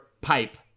pipe